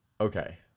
okay